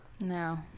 No